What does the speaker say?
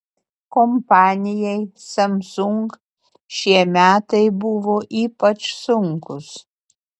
kompanijai samsung šie metai buvo ypač sunkūs